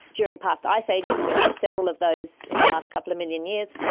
during past ice ages, and we've had several of those in the last couple of million years,